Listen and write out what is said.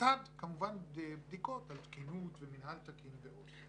לצד כמובן בדיקות על תקינות ומינהל תקין ועוד.